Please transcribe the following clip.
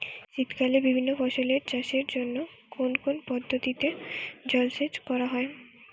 শীতকালে বিভিন্ন ফসলের চাষের জন্য কোন কোন পদ্ধতিতে জলসেচ করা হয়?